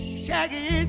shaggy